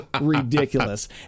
ridiculous